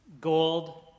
Gold